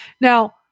Now